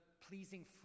pleasing